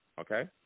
okay